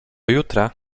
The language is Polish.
jutra